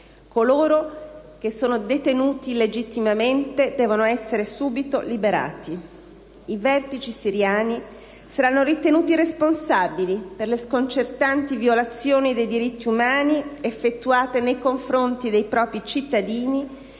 Coloro che sono detenuti illegittimamente devono essere subito liberati. I vertici siriani saranno ritenuti responsabili per le sconcertanti violazioni dei diritti umani effettuate nei confronti dei propri cittadini